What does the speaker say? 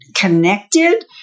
connected